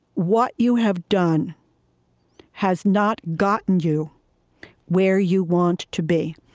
what you have done has not gotten you where you want to be.